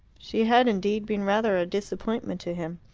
she had, indeed, been rather a disappointment to him.